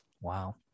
Wow